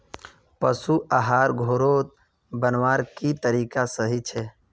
पशु आहार घोरोत बनवार की तरीका सही छे?